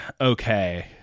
Okay